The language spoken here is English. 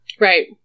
Right